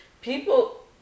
people